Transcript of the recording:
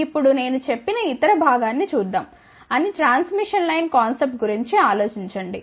ఇప్పుడునేను చెప్పిన ఇతర భాగాన్ని చూద్దాం అని ట్రాన్స్మిషన్ లైన్ కాన్సెప్ట్ గురించి ఆలోచించండి